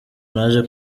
naje